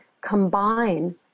combine